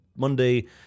Monday